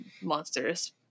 monsters